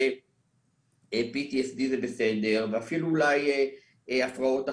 להיות PTSD זה בסדר ואפילו אולי הפרעות אכילה.